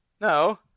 no